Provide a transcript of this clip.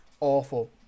awful